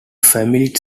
family